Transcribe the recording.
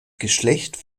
geschlecht